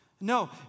No